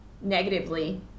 negatively